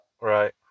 Right